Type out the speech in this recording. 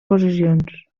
posicions